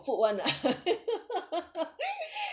food [one] lah